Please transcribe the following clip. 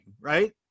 Right